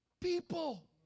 people